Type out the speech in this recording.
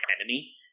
enemy